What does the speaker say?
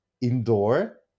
indoor